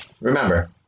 Remember